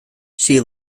she